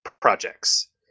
projects